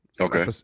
Okay